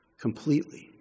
Completely